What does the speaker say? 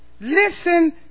Listen